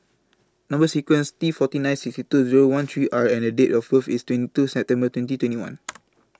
Number sequence T forty nine sixty two Zero one three R and The Date of birth IS twenty two September twenty twenty one